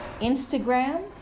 Instagram